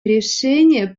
решения